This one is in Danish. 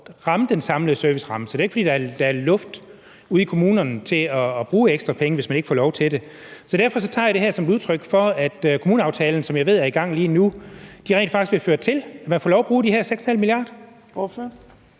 ramme den samlede serviceramme, så det er jo ikke, fordi der er mere luft ude i kommunerne til at bruge ekstra penge, hvis man ikke får lov til det. Så derfor tager jeg det her som et udtryk for, at kommuneaftalen, som jeg ved man er i gang med lige nu, rent faktisk vil føre til, at man får lov at bruge de her 6,5 mia. kr.